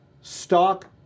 stock